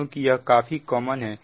क्योंकि यह काफी कॉमन है